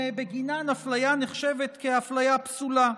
שבגינן אפליה נחשבת כאפליה פסולה.